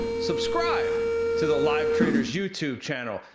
subscribe to the live trader's youtube channel.